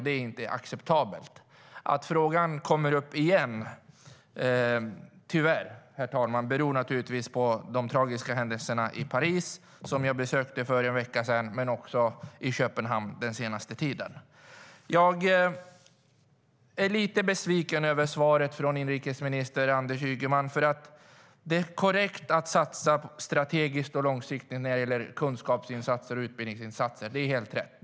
Det är inte acceptabelt. Jag är lite besviken på svaret från inrikesminister Anders Ygeman. Det är korrekt att satsa strategiskt och långsiktigt när det gäller kunskapsinsatser och utbildningsinsatser. Det är helt rätt.